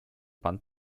pan